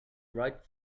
right